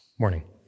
Morning